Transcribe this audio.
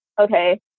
okay